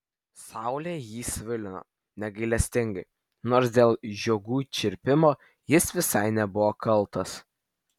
saulė jį svilino negailestingai nors dėl žiogų čirpimo jis visai nebuvo kaltas